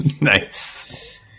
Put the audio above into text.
Nice